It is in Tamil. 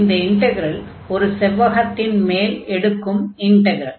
இந்த இன்டக்ரல் ஒரு செவ்வகத்தின் மேல் எடுக்கும் இன்டக்ரல்